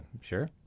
sure